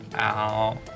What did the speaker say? Ow